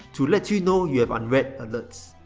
to let you know you have unread alerts.